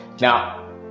Now